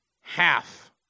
half